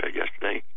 yesterday